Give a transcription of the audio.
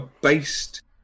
based